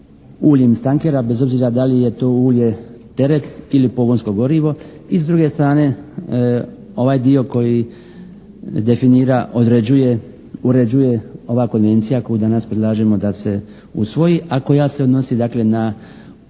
uljem iz tankera bez obzira da li je to ulje teret ili pogonsko gorivo. I s druge strane ovaj dio koji definira, određuje, uređuje ova Konvencija koju danas predlažemo da se usvoji, a koja se odnosi dakle na,